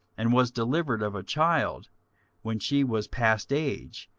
and was delivered of a child when she was past age,